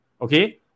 okay